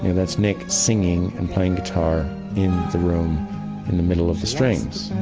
and that's nick singing and playing guitar in the room in the middle of the strings